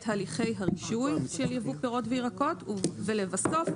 הליכי הרישוי של ייבוא פירות וירקות ולבסוף,